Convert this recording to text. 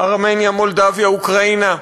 ארמניה, מולדובה, אוקראינה.